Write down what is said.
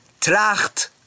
Tracht